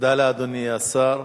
תודה לאדוני השר.